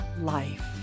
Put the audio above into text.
life